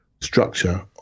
structure